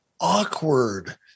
awkward